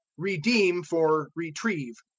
redeem for retrieve.